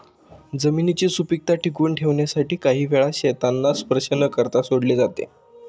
जमिनीची सुपीकता टिकवून ठेवण्यासाठी काही वेळा शेतांना स्पर्श न करता सोडले जाते